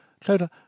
Clodagh